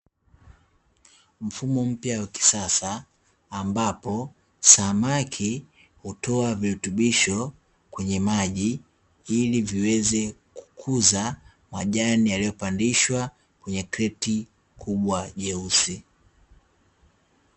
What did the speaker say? Mfumo mpya wa kisasa, ambapo samaki hutoa virutubisho kwenye maji ili viweze kukuza majani yaliyopandishwa kwenye kreti kubwa jeusi.